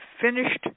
finished